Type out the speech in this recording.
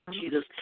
jesus